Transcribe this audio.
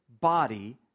body